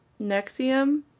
Nexium